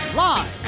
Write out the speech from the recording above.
live